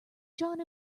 john